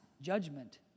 judgment